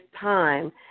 time